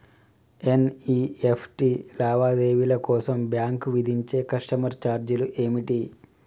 NEFT లావాదేవీల కోసం bank విధించే కస్టమర్ ఛార్జీలు ఏమిటి?